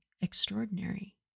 extraordinary